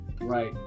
Right